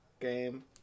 game